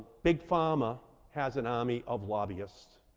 big pharma has an army of lobbyists